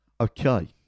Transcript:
Okay